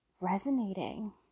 resonating